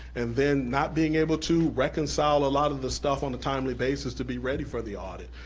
and then not being able to reconcile a lot of the stuff on a timely basis to be ready for the audit.